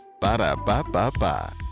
Ba-da-ba-ba-ba